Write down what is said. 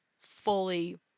fully